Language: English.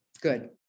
Good